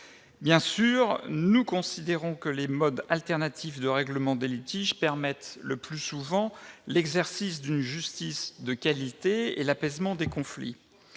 Bien sûr, nous considérons que les modes alternatifs de règlement des litiges permettent, le plus souvent, l'exercice d'une justice de qualité et l'apaisement des conflits.